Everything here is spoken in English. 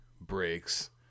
breaks